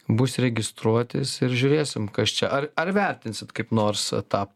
bus registruotis ir žiūrėsim kas čia ar ar vertinsit kaip nors tą